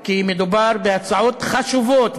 כי מדובר בהצעות חשובות,